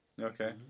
Okay